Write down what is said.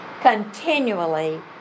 continually